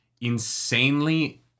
insanely